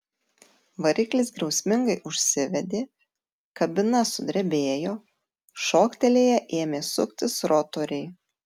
variklis griausmingai užsivedė kabina sudrebėjo šoktelėję ėmė suktis rotoriai